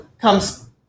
comes